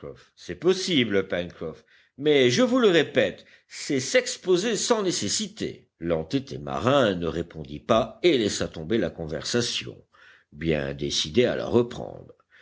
c'est possible pencroff mais je vous le répète c'est s'exposer sans nécessité l'entêté marin ne répondit pas et laissa tomber la conversation bien décidé à la reprendre